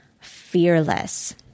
fearless